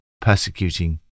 persecuting